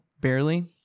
Barely